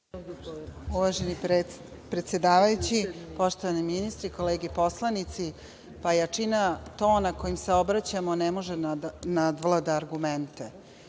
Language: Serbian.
Uvaženi predsedavajući, poštovani ministri, kolege poslanici, jačina tona kojim se obraćamo ne može da nadvlada argumente. Ono